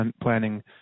planning